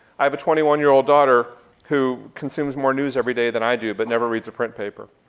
i have a twenty one year old daughter who consumes more news everyday than i do but never reads a print paper.